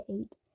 eight